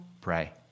pray